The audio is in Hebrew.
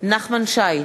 נחמן שי,